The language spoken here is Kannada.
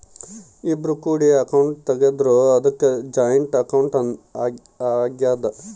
ಇಬ್ರು ಕೂಡಿ ಅಕೌಂಟ್ ತೆಗುದ್ರ ಅದು ಜಾಯಿಂಟ್ ಅಕೌಂಟ್ ಆಗ್ಯಾದ